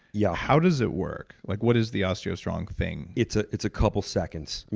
yeah. how does it work? like what is the osteostrong thing? it's ah it's a couple seconds.